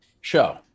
show